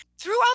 Throughout